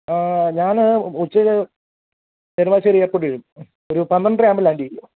ആ ഞാൻ ഉച്ചയ്ക്ക് നെടുമ്പാശ്ശേരി എയർപോർട്ടിൽ വരും ഒരു പന്ത്രണ്ടര ആകുമ്പോൾ ലാൻഡ് ചെയ്യും